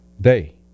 day